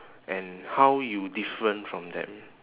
and how you different from them